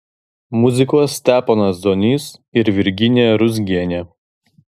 muzikuos steponas zonys ir virginija ruzgienė